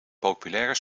populaire